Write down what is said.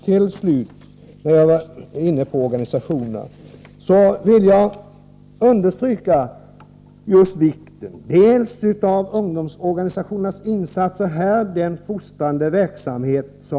Till slut vill jag understryka, eftersom jag var inne på organisationerna, just vikten av ungdomsorganisationernas insatser, deras fostrande verksamhet.